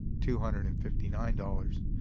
two hundred and fifty nine dollars.